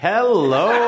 Hello